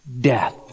death